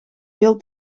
veel